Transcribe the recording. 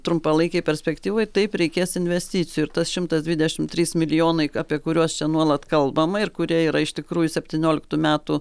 trumpalaikėj perspektyvoj taip reikės investicijų ir tas šimtas dvidešim trys milijonai apie kuriuos čia nuolat kalbama ir kurie yra iš tikrųjų septynioliktų metų